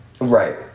Right